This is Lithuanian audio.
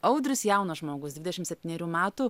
audrius jaunas žmogus dvidešimt septynerių metų